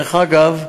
דרך אגב,